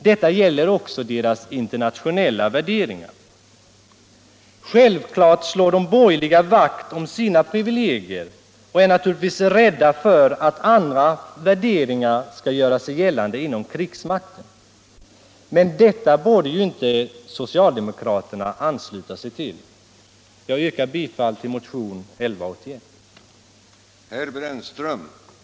Detta gäller också deras internationella värderingar. Självfallet slår de borgerliga vakt om sina privilegier och är naturligtvis rädda för att andra värderingar skall få göra sig gällande inom krigsmakten. Men detta borde ju inte socialdemokraterna ansluta sig till. Jag yrkar bifall till motionen 1181.